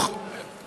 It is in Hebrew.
דוח